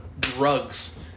drugs